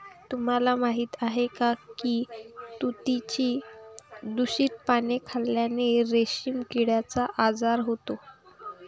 तुम्हाला माहीत आहे का की तुतीची दूषित पाने खाल्ल्याने रेशीम किड्याचा आजार होतो